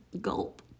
Gulp